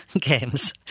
games